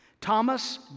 Thomas